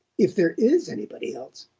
if there is anybody else